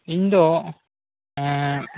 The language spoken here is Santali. ᱤᱧᱫᱚ